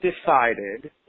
decided